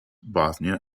bosnia